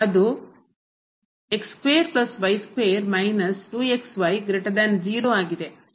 ಅದು ಆಗಿದೆ